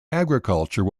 agriculture